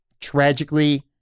tragically